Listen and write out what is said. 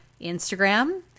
Instagram